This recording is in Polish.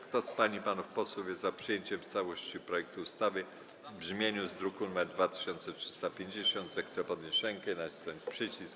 Kto z pań i panów posłów jest za przyjęciem w całości projektu ustawy w brzmieniu z druku nr 2352, zechce podnieść rękę i nacisnąć przycisk.